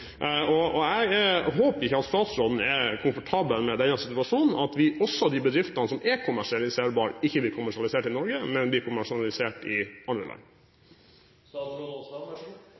Jeg håper ikke at statsråden er komfortabel med denne situasjonen, at også de bedriftene som er kommersialiserbare, ikke blir kommersialisert i Norge, men blir kommersialisert i andre land.